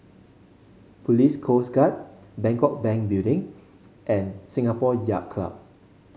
Police Coast Guard Bangkok Bank Building and Singapore Yacht Club